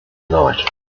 night